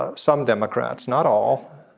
ah some democrats not all.